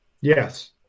Yes